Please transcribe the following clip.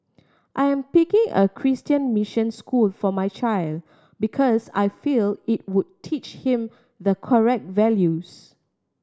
I am picking a Christian mission school for my child because I feel it would teach him the correct values